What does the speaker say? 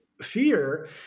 fear